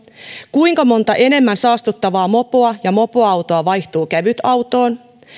kuinka monta enemmän saastuttavaa mopoa ja mopoautoa vaihtuu kevytautoon